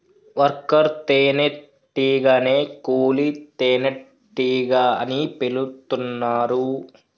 worker తేనే టీగనే కూలీ తేనెటీగ అని పిలుతున్నరు